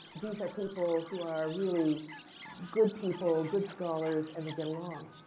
these are people who are really good people, good scholars, and they get along.